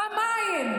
נא לסיים.